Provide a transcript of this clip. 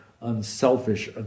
unselfish